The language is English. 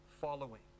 following